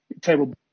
Table